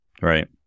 Right